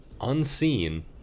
Unseen